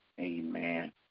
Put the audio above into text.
Amen